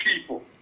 people